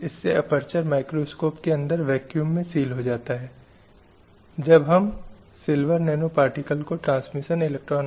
हर किसी को एक व्यक्ति के जीवन स्वतंत्रता और सुरक्षा का अधिकार है जो यूडीएचआर का अनुच्छेद 3 है